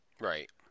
right